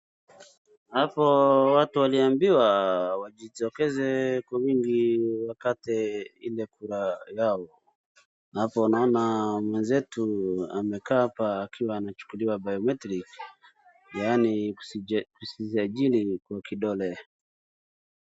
Hapo watu waliambiwa wajitokeze kwa wingi wakati ile kura yao. Na hapo naona mwenzetu amekaa hapa akiwa anachukuliwa biometric yaani usija usizajili wa kidole.